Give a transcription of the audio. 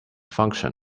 function